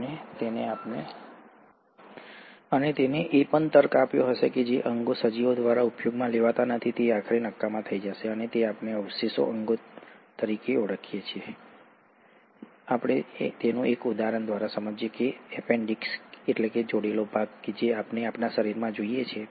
અને તેણે એ પણ તર્ક આપ્યો હતો કે જે અંગો સજીવો દ્વારા ઉપયોગમાં લેવાતા નથી તે આખરે નકામા થઈ જશે અને તેને આપણે અવશેષ અંગો તરીકે ઓળખીએ છીએ અને તેનું એક ઉદાહરણ એપેન્ડિક્સજોડેલો ભાગ છે જે આપણે આપણા શરીરમાં જોઈએ છીએ